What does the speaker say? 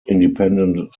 independent